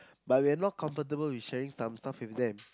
but we are not comfortable with sharing some stuff with them